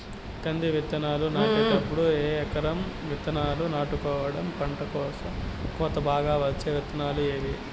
కంది విత్తనాలు నాటేటప్పుడు ఏ రకం విత్తనాలు నాటుకోవాలి, పంట కోత బాగా వచ్చే విత్తనాలు ఏవీ?